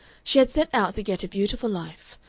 she had set out to get a beautiful life,